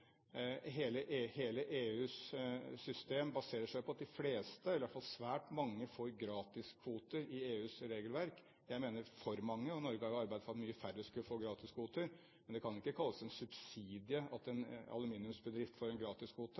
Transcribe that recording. Hele EUs system baserer seg på at de fleste, eller i hvert fall svært mange, får gratiskvote i EUs regelverk. Jeg mener for mange, og Norge har jo arbeidet for at færre skal få gratiskvoter. Men det kan ikke kalles en subsidie at en aluminiumsbedrift eller et gasskraftverk får en